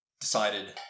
decided